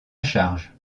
charge